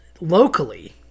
Locally